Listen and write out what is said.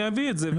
אני אביא את זה,